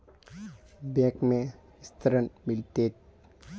Bank में ऋण मिलते?